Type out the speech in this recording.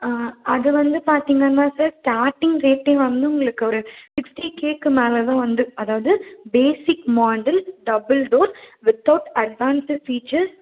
ஆ அது வந்து பார்த்தீங்கன்னா சார் ஸ்டார்ட்டிங் ரேட்டே வந்து உங்களுக்கு ஒரு சிக்ஸ்ட்டி கேக்கு மேலேதான் வந்து அதாவது basic model double door without advanced features